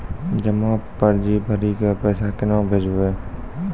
जमा पर्ची भरी के पैसा केना भेजबे?